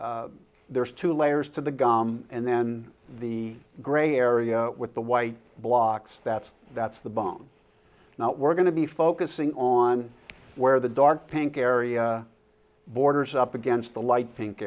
the there's two layers to the gum and then the gray area with the white blocks that's that's the bomb we're going to be focusing on where the dark pink area borders up against the light pink